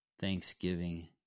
Thanksgiving